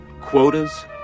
quotas